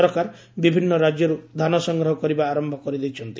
ସରକାର ବିଭିନ୍ନ ରାଜ୍ୟରୁ ଧାନ ସଂଗ୍ରହ କରିବା ଆରମ୍ଭ କରିଦେଇଛନ୍ତି